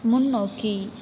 முன்னோக்கி